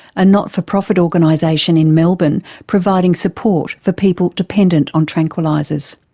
a not-for-profit organisation in melbourne providing support for people dependent on tranquillisers.